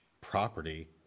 property